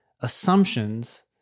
assumptions